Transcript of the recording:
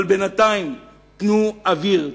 אבל בינתיים תנו אוויר,